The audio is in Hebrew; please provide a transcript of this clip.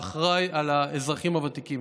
האחראי לאזרחים הוותיקים.